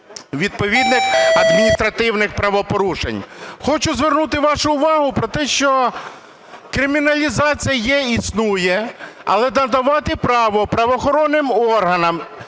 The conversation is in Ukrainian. відповідних адміністративних правопорушень. Хочу звернути вашу увагу на те, що криміналізація є і існує. Але надавати право правоохоронним органам